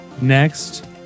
Next